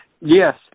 yes